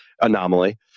anomaly